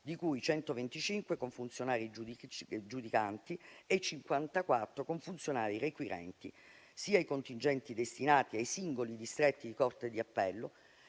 di cui 125 con funzionari giudicanti e 54 con funzionari requirenti), sia i contingenti destinati ai singoli distretti di corte d'appello.